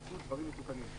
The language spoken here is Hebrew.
יצאו דברים מתוקנים.